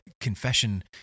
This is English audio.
confession